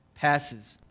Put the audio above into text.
passes